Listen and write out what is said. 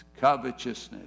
covetousness